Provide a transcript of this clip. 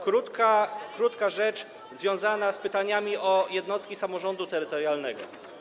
Krótka rzecz związana z pytaniami o jednostki samorządu terytorialnego.